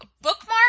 bookmark